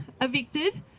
evicted